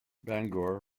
bangor